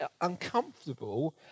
uncomfortable